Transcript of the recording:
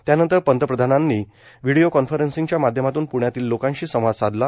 त्यानंतर पंतप्रधानांनीही व्हिडिओ कॉन्फरन्सिंगच्या माध्यमातून प्ण्यातील लोकांशी संवाद साधला